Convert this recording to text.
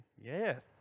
Yes